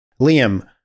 Liam